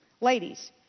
Ladies